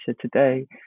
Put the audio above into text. today